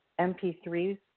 MP3s